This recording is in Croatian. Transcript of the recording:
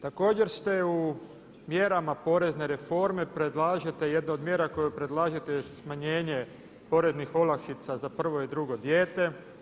Također ste u mjerama porezne reforme predlažete jednu od mjera koju predlažete je smanjenje poreznih olakšica za prvo i drugo dijete.